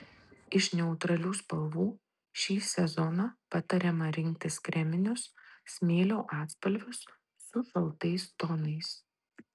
iš neutralių spalvų šį sezoną patariama rinktis kreminius smėlio atspalvius su šaltais tonais